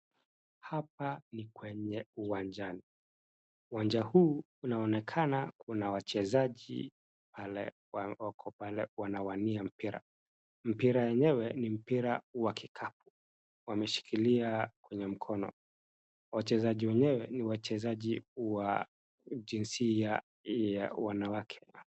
Hapa ni kwenye uwanjani. Uwanja huu unaonekana kuna wachezaji wako pale wanawania mpira. Mpira yenyewe ni mpira wa kikapu. Wameshikilia kwenye mkono. Wachezaji wenyewe ni wachezaji wa jinsia ya wanawake.